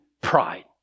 pride